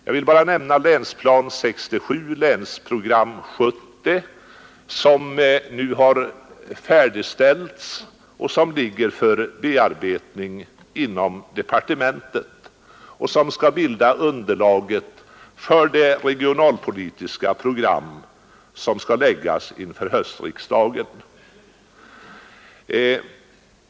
Jag vill bara nämna Länsplan 67 och Länsprogram 70 som nu har färdigställts och ligger för bearbetning inom departementet och som skall bilda underlag för det regionalpolitiska program som skall framläggas inför höstriksdagen.